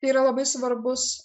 yra labai svarbus